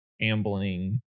ambling